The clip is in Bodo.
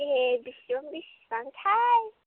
ए बेसेबां बेसेबांथाय